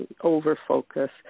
over-focus